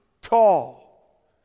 tall